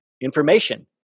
information